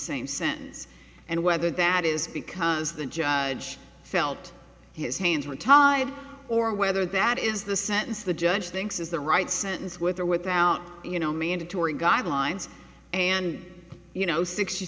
same sentence and whether that is because the judge felt his hands were tied or whether that is the sentence the judge thinks is the right sentence with or without you know mandatory guidelines and you know sixty